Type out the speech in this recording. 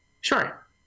Sure